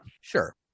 Sure